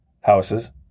houses